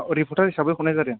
reporter हिसाबै हरनाय जादों